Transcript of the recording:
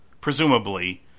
presumably